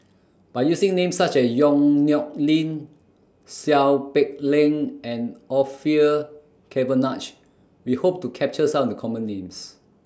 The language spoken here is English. By using Names such as Yong Nyuk Lin Seow Peck Leng and Orfeur Cavenagh We Hope to capture Some of The Common Names